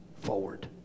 forward